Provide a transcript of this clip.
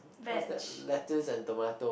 what that lettuce and tomato